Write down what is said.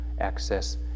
access